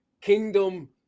kingdom